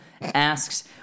asks